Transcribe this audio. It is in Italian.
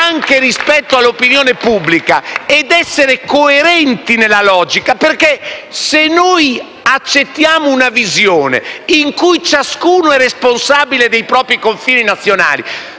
anche rispetto all'opinione pubblica, ed essere coerenti nella logica perché - scusate - se accettiamo una visione in cui ciascuno è responsabile dei propri confini nazionali,